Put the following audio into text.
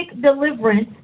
deliverance